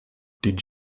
did